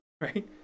right